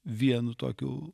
vienu tokių